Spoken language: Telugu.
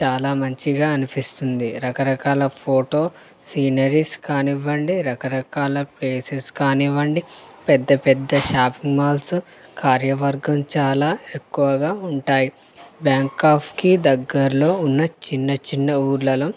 చాలా మంచిగా అనిపిస్తుంది రకరకాల ఫోటో సీనరీస్ కానివ్వండి రకరకాల ప్లేసస్ కానివ్వండి పెద్ద పెద్ద షాపింగ్ మాల్స్ కార్యవర్గం చాలా ఎక్కువగా ఉంటాయి బ్యాంకాక్కి దగ్గరలో ఉన్న చిన్న చిన్న ఊర్లల్లో